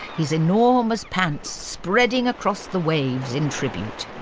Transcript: his enormous pants spreading across the waves in tribute.